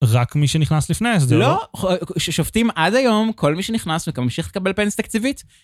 רק מי שנכנס לפני, אז זה לא... לא, ששופטים עד היום, כל מי שנכנס וגם ממשיך לקבל פנסיה תקציבית...